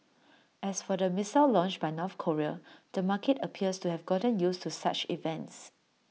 as for the missile launch by North Korea the market appears to have gotten used to such events